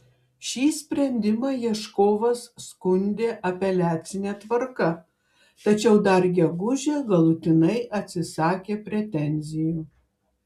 šį sprendimą ieškovas skundė apeliacine tvarka tačiau dar gegužę galutinai atsisakė pretenzijų